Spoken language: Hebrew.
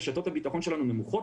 רשתות הביטחון שלנו נמוכות,